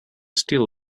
still